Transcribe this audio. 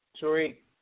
sorry